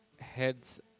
heads